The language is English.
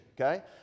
okay